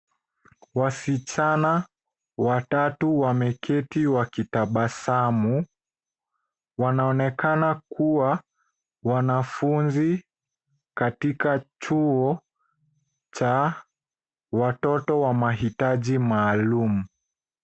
Wasichana watatu wameketi wakitabasamu. Wanaonekana kuwa wanafuzi katika chuo cha watoto wa mahitaji maalum.